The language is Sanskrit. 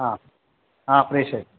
हा हा प्रेषयतु